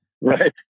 Right